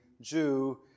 Jew